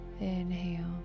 inhale